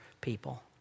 people